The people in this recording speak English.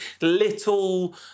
little